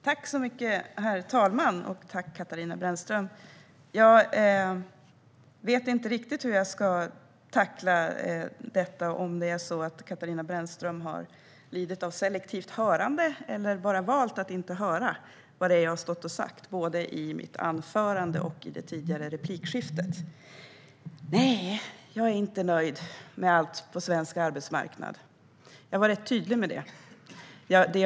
Herr talman! Jag vet inte riktigt hur jag ska tackla detta. Jag vet inte om Katarina Brännström har lidit av selektivt hörande eller bara har valt att inte höra vad det är jag har stått och sagt i mitt anförande och i det tidigare replikskiftet. Nej, jag är inte nöjd med allt på svensk arbetsmarknad. Jag var rätt tydlig med det.